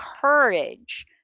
courage